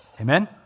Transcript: Amen